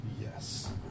Yes